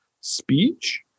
speech